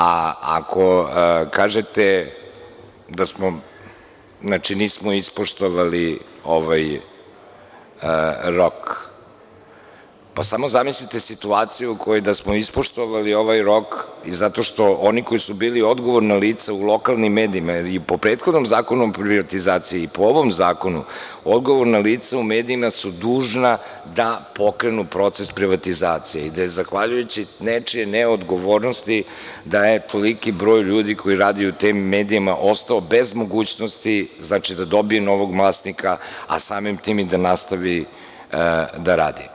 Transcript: Ako kažete da smo, znači nismo ispoštovali rok, samo zamislite situaciju u kojoj da smo ispoštovali ovaj rok i zato što oni koji su bili odgovorna lica u lokalnim medijima jer i po prethodnom Zakonu o privatizaciji i po ovom zakonu, odgovorna lica u medijima su dužna da pokrenu proces privatizacije i da je zahvaljujući nečijoj neodgovornosti, da je toliki broj ljudi koji radi u tim medijima ostao bez mogućnosti da dobije novog vlasnika, a samim tim i da nastavi da radi.